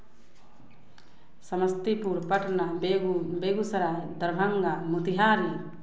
समस्तीपुर पटना बेगू बेगुसराय दरभंगा मोतीहारी